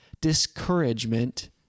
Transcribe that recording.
discouragement